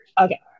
Okay